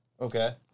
Okay